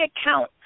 account